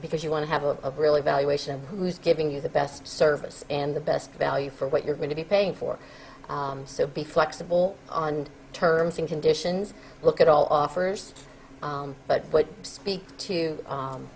because you want to have a really valuation who's giving you the best service and the best value for what you're going to be paying for so be flexible on terms and conditions look at all offers but what speak to